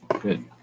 Good